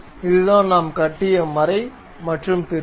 இதுதான் நாம் கட்டிய மறை மற்றும் திருகு